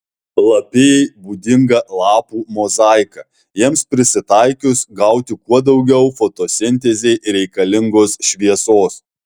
lapijai būdinga lapų mozaika jiems prisitaikius gauti kuo daugiau fotosintezei reikalingos šviesos